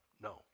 no